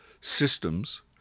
systems